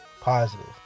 Positive